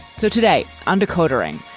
so today, undercoating.